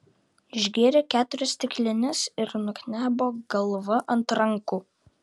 išgėrė keturias stiklines ir nuknebo galva ant rankų